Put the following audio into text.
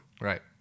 Right